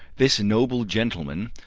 this noble gentleman,